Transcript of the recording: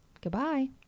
Goodbye